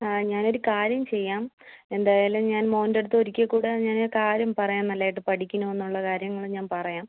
ആ ഞാനൊരു കാര്യം ചെയ്യാം എന്തായാലും ഞാൻ മോൻ്റെടുത്ത് ഒരിക്കൽ കൂടെ ഞാൻ കാര്യം പറയാം നല്ലതായിട്ട് പഠിക്കണമെന്നുള്ള കാര്യങ്ങൾ ഞാൻ പറയാം